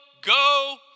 go